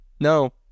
No